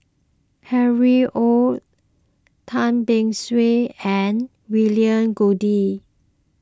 Harry Ord Tan Beng Swee and William Goode